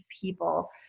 people